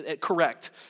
correct